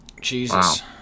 Jesus